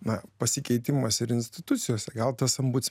na pasikeitimas ir institucijos gautas